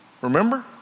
remember